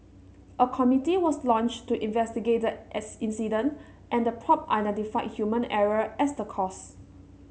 a committee was launched to investigate the as incident and the identified human error as the cause